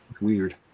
Weird